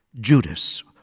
Judas